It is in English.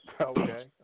Okay